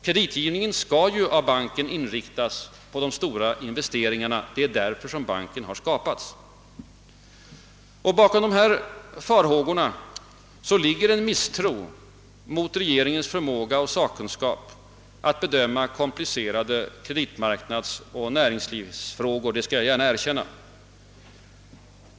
Kreditgivningen skall ju av banken inriktas på de stora investeringarna; det är därför banken har skapats. Bakom dessa farhågor ligger en misstro mot regeringens sakkunskap och förmåga att bedöma komplicerade kreditmarknadsoch näringslivsfrågor; det skall jag gärna erkänna.